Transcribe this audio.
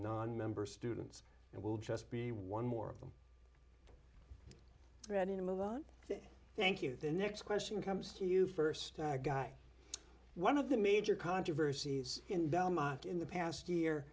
nonmembers students and will just be one more of them ready to move on to thank you the next question comes to you first guy one of the major controversies in belmont in the past year